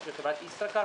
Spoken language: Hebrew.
או של חברת "ישראכרט"?